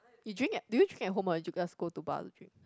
you drink at do you drink at home or just go to bar to drink